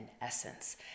essence